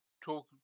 talk